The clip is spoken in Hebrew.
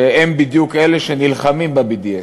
שהם בדיוק אלה שנלחמים ב-BDS.